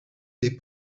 des